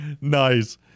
Nice